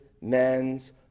men's